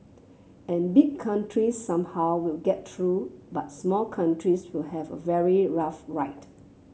and big countries somehow will get through but small countries will have a very rough ride